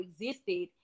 existed